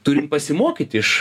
turim pasimokyt iš